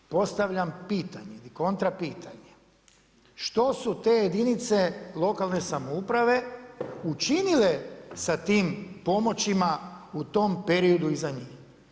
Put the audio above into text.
Postavljam pitanje ili kontra pitanje, što su te jedinice lokalne samouprave učinile sa tim pomoćima u tom periodu iza njih.